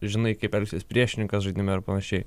žinai kaip elgsis priešininkas žaidime ir panašiai